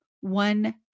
one